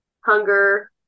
hunger